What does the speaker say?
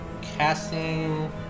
casting